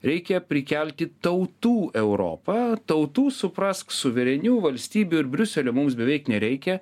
reikia prikelti tautų europą tautų suprask suverenių valstybių ir briuselio mums beveik nereikia